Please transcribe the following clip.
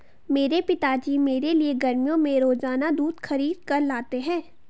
मेरे पिताजी मेरे लिए गर्मियों में रोजाना दूध खरीद कर लाते हैं